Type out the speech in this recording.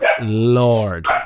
lord